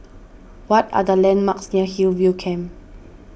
what are the landmarks near Hillview Camp